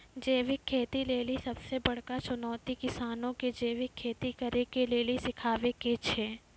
जैविक खेती लेली सबसे बड़का चुनौती किसानो के जैविक खेती करे के लेली सिखाबै के छै